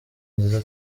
nziza